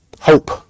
Hope